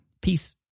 Peace